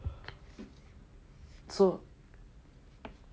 so